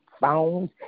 phones